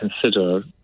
consider